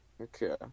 Okay